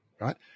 Right